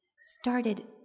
started